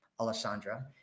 Alessandra